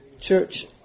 church